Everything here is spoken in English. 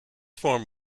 form